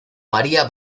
maría